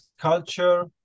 culture